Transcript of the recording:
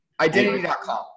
Identity.com